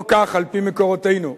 לא כך על-פי מקורותינו,